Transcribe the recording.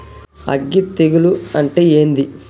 అగ్గి తెగులు అంటే ఏంది?